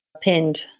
pinned